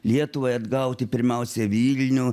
lietuvai atgauti pirmiausia vilnių